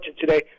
today